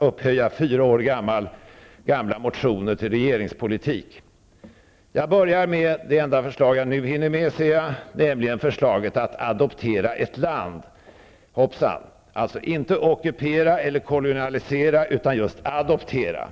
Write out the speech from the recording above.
upphöja fyra år gamla motioner till regeringspolitik. Jag hinner bara med ett förslag i detta inlägg. Det gäller då förslaget att adoptera ett land -- hoppsan! Det gäller alltså inte att ockupera eller kolonialisera, utan det gäller att just adoptera.